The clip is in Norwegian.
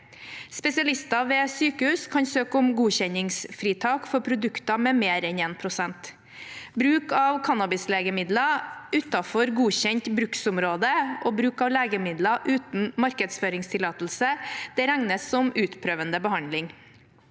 Spesialister ved sykehus kan søke om godkjenningsfritak for produkter med mer enn 1 pst. Bruk av cannabislegemidler utenfor godkjent bruksområde og bruk av legemidler uten markedsføringstillatelse regnes som utprøvende behandling.